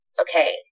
Okay